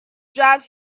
drive